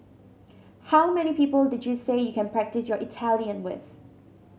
how many people did you say you can practise your Italian with